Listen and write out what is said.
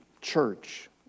church